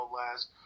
last